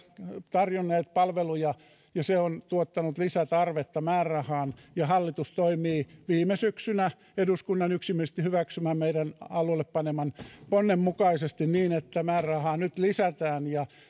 tarjonneet palveluja ja se on tuottanut lisätarvetta määrärahaan hallitus toimii viime syksynä eduskunnan yksimielisesti hyväksymän meidän alulle panemamme ponnen mukaisesti niin että määrärahaa nyt lisätään